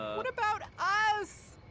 what about us?